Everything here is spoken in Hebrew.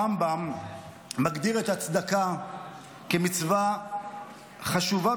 הרמב"ם מגדיר את הצדקה כמצווה חשובה